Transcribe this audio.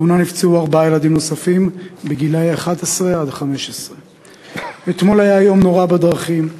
בתאונה נפצעו ארבעה ילדים נוספים בני 11 15. אתמול היה יום נורא בדרכים,